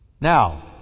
Now